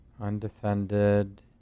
undefended